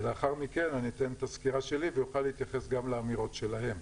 ולאחר מכן אני אתן את הסקירה שלי ואוכל להתייחס גם לאמירות שלהם.